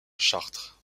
chartres